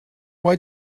why